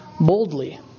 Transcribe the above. boldly